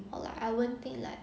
or like I won't think like